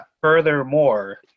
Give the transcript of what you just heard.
Furthermore